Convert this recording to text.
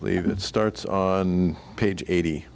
leave it starts on page eighty